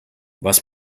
was